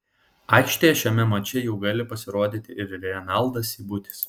aikštėje šiame mače jau gali pasirodyti ir renaldas seibutis